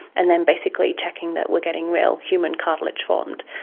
and then basically checking that we are getting real human cartilage formed.